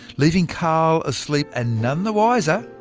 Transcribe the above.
leaving karl asleep and none the wiser,